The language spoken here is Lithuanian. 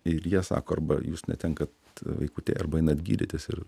ir jie sako arba jūs netenkat vaikų te arba einat gydytis ir